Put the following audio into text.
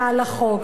מעל לחוק.